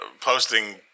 Posting